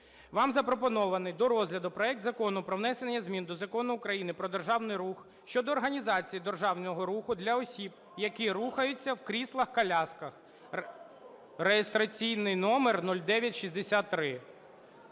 Вам запропонований до розгляду проект Закону про внесення змін до Закону України "Про дорожній рух" щодо організації дорожнього руху для осіб, які рухаються в кріслах колісних (реєстраційний номер 0963).